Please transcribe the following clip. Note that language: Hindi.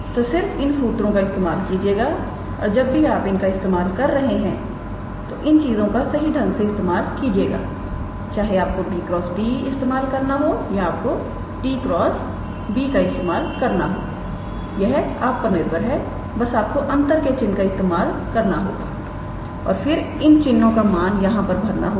तो सिर्फ इन सूत्रों का इस्तेमाल कीजिएगा और जब भी आप इनका इस्तेमाल कर रहे हैं तो इन चीजों का सही ढंग से इस्तेमाल कीजिएगा चाहे आपको 𝑏̂ × 𝑡̂ इस्तेमाल करना हो या आपको 𝑡̂× 𝑏̂ इसका इस्तेमाल करना हो यह आप पर निर्भर है बस आपको अंतर के चिन्ह का इस्तेमाल करना होगा और फिर इन चिन्हों का मान यहां पर भरना होगा